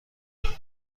دارم